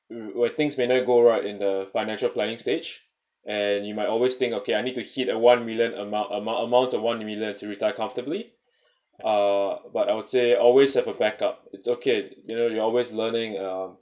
where things may not go right in the financial planning stage and you might always think okay I need to hit a one million amount amount amount of one million to retire comfortably uh but I would say always have a backup it's okay you know you always learning um